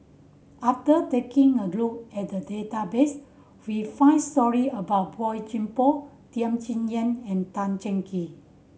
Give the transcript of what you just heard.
after taking a look at the database we found story about Boey Chuan Poh Tham Sien Yen and Tan Cheng Kee